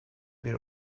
bir